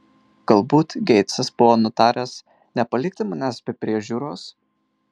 galbūt geitsas buvo nutaręs nepalikti manęs be priežiūros